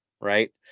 right